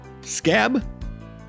scab